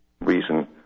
reason